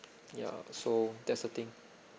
ya so that's the thing